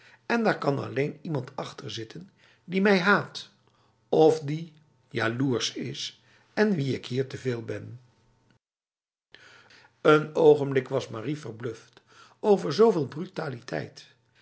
en daar kan alleen iemand achter zitten die mij haat of die jaloers is en wie ik hier te veel benf een ogenblik was marie verbluft over zoveel brutaliteit